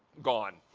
gone.